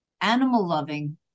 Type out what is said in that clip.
animal-loving